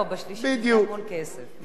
בדיוק, ואז זה מכשול גדול.